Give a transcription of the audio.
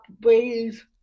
ways